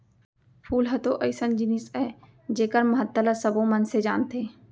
फूल ह तो अइसन जिनिस अय जेकर महत्ता ल सबो मनसे जानथें